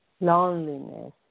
loneliness